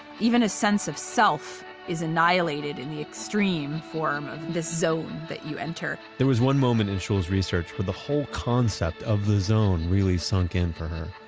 even a sense of self is annihilated in the extreme form of this zone that you enter there is one moment in schull's research for the whole concept of the zone really sunk into her.